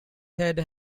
head